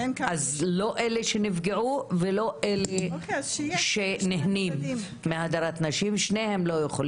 אז לא אלה שנפגעו ולא אלה שנהנים מהדרת נשים,